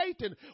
Satan